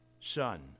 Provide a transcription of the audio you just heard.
Son